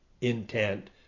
intent